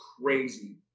crazy